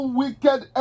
wicked